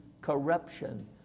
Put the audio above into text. corruption